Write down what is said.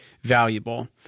valuable